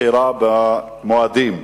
(בחירת יום חופשה),